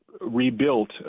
rebuilt